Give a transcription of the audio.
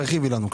תרחיבי לנו קצת.